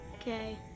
Okay